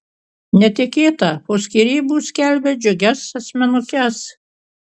netikėta po skyrybų skelbia džiugias asmenukes